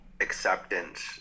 acceptance